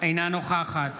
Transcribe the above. אינה נוכחת